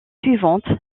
suivante